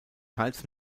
teils